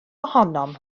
ohonom